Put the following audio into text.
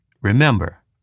Remember